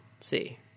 see